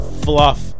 fluff